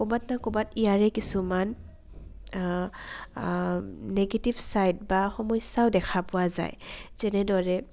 ক'ৰবাত ন ক'ৰবাত ইয়াৰে কিছুমান নিগেটিভ ছাইড বা সমস্যাও দেখা পোৱা যায় যেনেদৰে